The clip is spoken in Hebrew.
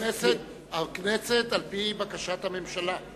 הכנסת, על-פי בקשת הממשלה.